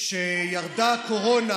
כשירדה הקורונה